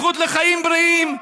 הזכות לחיים בריאים,